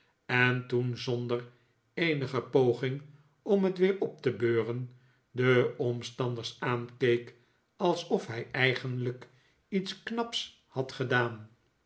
en toen zonder eenige poging om het weer op te beuren de omstanders aankeek alsof hij eigenlijk iets knaps had gedaan